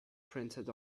printed